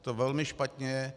Je to velmi špatně.